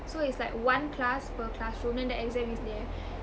so it's like one class per classroom then the exam is there